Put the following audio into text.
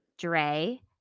Dre